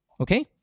Okay